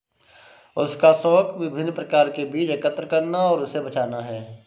उसका शौक विभिन्न प्रकार के बीज एकत्र करना और उसे बचाना है